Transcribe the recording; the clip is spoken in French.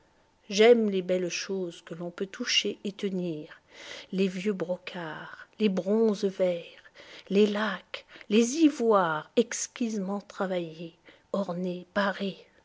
j'aime les belles choses que l'on peut toucher et tenir les vieux brocarts les bronzes verts les laques les ivoires exquisement travaillés ornés parés